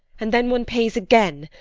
and then one pays again,